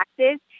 taxes